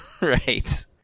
right